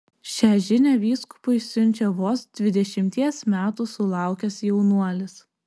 šią žinią vyskupui siunčia vos dvidešimties metų sulaukęs jaunuolis